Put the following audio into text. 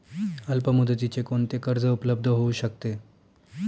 अल्पमुदतीचे कोणते कर्ज उपलब्ध होऊ शकते?